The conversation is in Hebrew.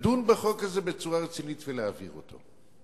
לדון בחוק הזה בצורה רצינית ולהעביר אותו?